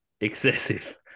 excessive